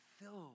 filled